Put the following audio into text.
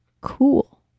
cool